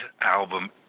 album